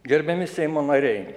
gerbiami seimo nariai